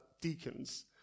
deacons